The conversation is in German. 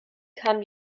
kam